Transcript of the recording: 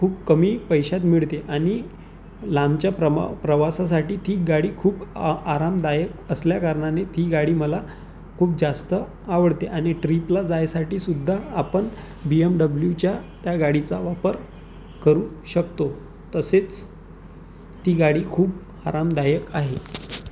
खूप कमी पैशात मिळते आणि लांबच्या प्रमा प्रवासासाठी ती गाडी खूप आ आरामदायक असल्याकारणाने ती गाडी मला खूप जास्त आवडते आणि ट्रीपला जायसाठीसुद्धा आपण बी एम डब्ल्यूच्या त्या गाडीचा वापर करू शकतो तसेच ती गाडी खूप आरामदायक आहे